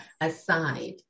aside